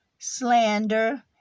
slander